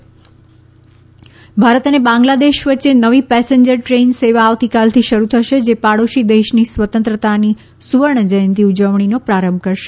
Bharat Bangladesh train Bharat અને બેંગ્લાદેશ વચ્ચે નવી પેસેન્જર ટ્રેન સેવા આવતીકાલથી શરૂ થશે જે પાડોશી દેશની સ્વતંત્રતાની સુવર્ણ જયંતી ઉજવણીનો પ્રારંભ કરશે